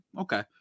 okay